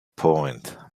point